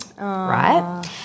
right